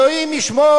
אלוהים ישמור,